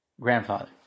grandfather